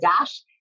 dash